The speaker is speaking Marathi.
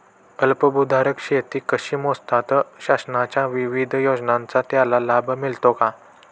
अल्पभूधारक शेती कशी मोजतात? शासनाच्या विविध योजनांचा त्याला लाभ मिळतो का?